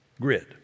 grid